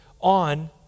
on